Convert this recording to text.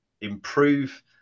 improve